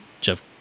Jeff